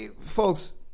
Folks